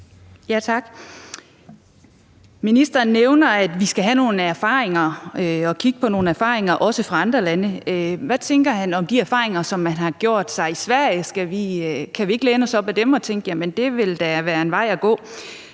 Ministeren nævner, at vi skal have nogle erfaringer og kigge på nogle erfaringer, også fra andre lande. Hvad tænker han om de erfaringer, som man har gjort sig i Sverige? Kan vi ikke læne os op ad dem og tænke, at det da ville være en vej at gå?